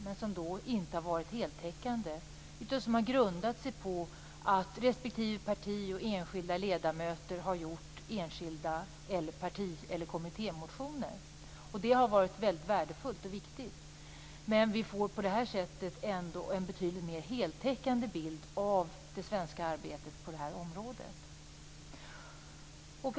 De har dock inte varit heltäckande utan har grundat sig på att respektive parti och enskilda ledamöter har väckt enskilda motioner eller partieller kommittémotioner. Det har varit väldigt värdefullt och viktigt, och vi får på det här sättet en betydligt mer heltäckande bild av det svenska arbetet på det här området.